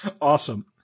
Awesome